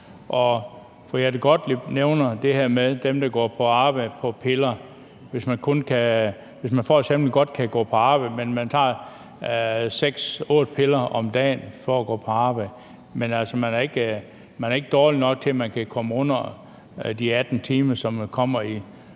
det her med dem, der går på arbejde på piller – hvis man f.eks. godt kan gå på arbejde, men tager seks-otte piller om dagen for at gå på arbejde. Men man er ikke dårlig nok til, at man kan komme under de 18 timer, som der kommer en